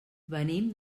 venim